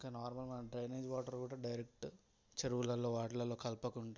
ఇంకా నార్మల్గా మనం డ్రైనేజ్ వాటర్ కూడా డైరెక్ట్ చెరువులల్లో వాటిలల్లో కలపకుండా